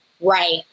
Right